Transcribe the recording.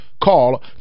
Call